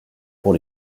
pour